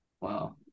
Wow